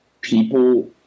people